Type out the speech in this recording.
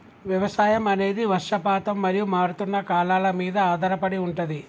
వ్యవసాయం అనేది వర్షపాతం మరియు మారుతున్న కాలాల మీద ఆధారపడి ఉంటది